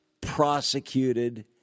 prosecuted